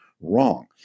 wrong